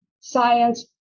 science